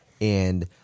and-